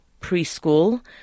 preschool